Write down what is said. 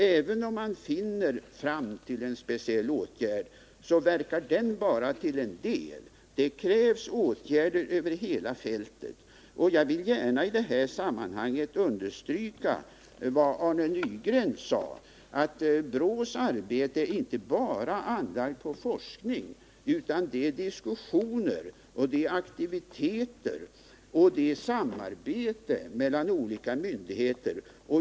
Även om man kommer fram till att en speciell åtgärd skall vidtas, verkar den bara till en del; det krävs åtgärder över hela fältet. Jag vill i detta sammanhang gärna understryka vad Arne Nygren sade, nämligen att BRÅ:s arbete inte bara är inriktat på forskning — det är diskussioner, aktiviteter och samarbete mellan olika myndigheter.